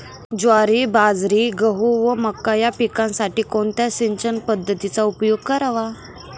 ज्वारी, बाजरी, गहू व मका या पिकांसाठी कोणत्या सिंचन पद्धतीचा उपयोग करावा?